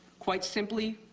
quite simply,